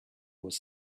was